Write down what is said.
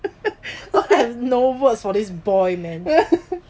I've no words for this boy man